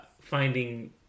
finding